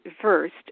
first